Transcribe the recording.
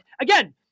again